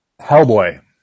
Hellboy